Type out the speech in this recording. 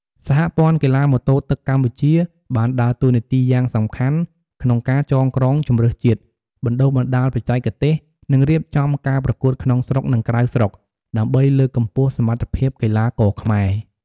សហព័ន្ធកីឡាម៉ូតូទឹកកម្ពុជា បានដើរតួនាទីយ៉ាងសំខាន់ក្នុងការចងក្រងជម្រើសជាតិ បណ្តុះបណ្តាលបច្ចេកទេស និងរៀបចំការប្រកួតក្នុងស្រុក និងក្រៅស្រុក ដើម្បីលើកកម្ពស់សមត្ថភាពកីឡាករខ្មែរ។